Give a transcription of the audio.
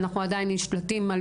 אנחנו עדיין נשלטים,